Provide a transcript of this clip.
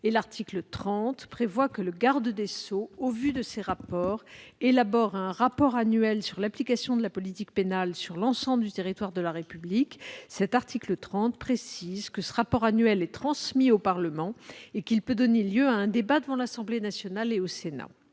; l'article 30 prévoit que le garde des sceaux, au vu de ces rapports, élabore un rapport annuel sur l'application de la politique pénale sur l'ensemble du territoire de la République. En outre, l'article 30 précise que ce rapport annuel est transmis au Parlement et qu'il peut donner lieu à un débat devant l'Assemblée nationale et devant